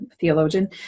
theologian